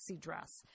dress